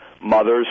mothers